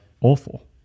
awful